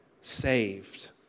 saved